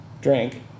drink